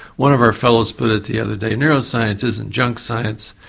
one of our fellows put it the other day, neuroscience isn't junk science,